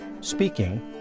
speaking